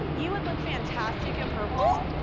you would look fantastic in purple.